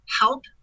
help